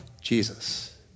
Jesus